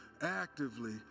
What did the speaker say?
actively